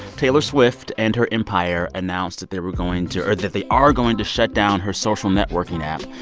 taylor swift and her empire announced that they were going to or that they are going to shut down her social networking app,